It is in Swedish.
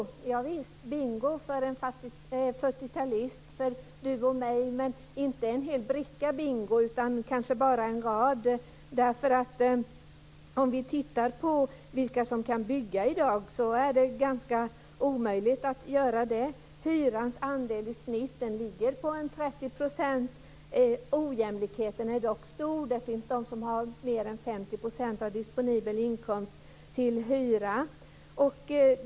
Javisst är det bingo för en 40-talist, för dig och mig. Men det är inte en hel bricka bingo utan kanske bara en rad. Om vi tittar på vilka som kan bygga i dag finner vi att det är ganska omöjligt att göra det. Hyrans andel i snitt ligger på ca 30 %. Ojämlikheten är dock stor. Det finns de som har en hyra som uppgår till mer än 50 % av den disponibla inkomsten.